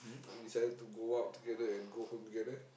we decided to go out together and go home together